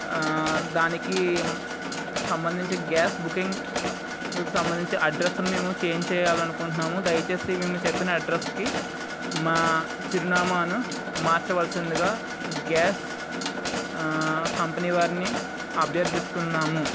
దానికి సంబంధించిన gas booking మీకు సంబంధించిన అడ్రస్ను మేము చేంజ్ చేయాలి అనుకుంటున్నాము దయచేసి మేము చెప్పిన అడ్రస్కి మా చిరునామాను మార్చవలసిందిగా గ్యాస్ కంపెనీ వారిని అభ్యర్థిస్తున్నాము